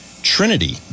trinity